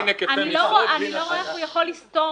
אני לא רואה איך הוא יכול לסתור